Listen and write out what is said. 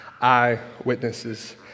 eyewitnesses